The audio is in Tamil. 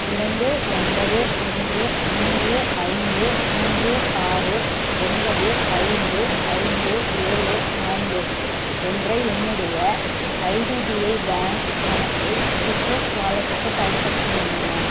இரண்டு ஒன்பது ஒன்று மூன்று ஐந்து மூன்று ஆறு ஒன்பது ஐந்து ஐந்து ஏழு நான்கு என்ற என்னுடைய ஐடிபிஐ பேங்க் கணக்கை சிட்ரஸ் வாலட்டுக்கு பயன்படுத்த முடியுமா